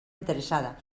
interessada